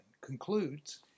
concludes